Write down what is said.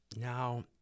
now